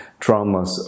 traumas